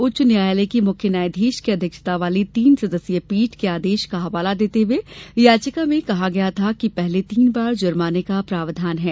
उच्च न्यायालय की मुख्य न्यायाधीश की अध्यक्षता वाली तीन सदस्यीय पीठ के आदेश का हवाला देते हुए याचिका में कहा गया था कि पहले तीन बार जुर्माने का प्रावधान है